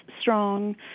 strong